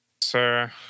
sir